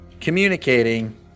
communicating